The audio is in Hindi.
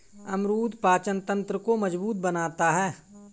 अमरूद पाचन तंत्र को मजबूत बनाता है